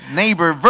neighbor